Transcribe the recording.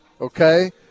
okay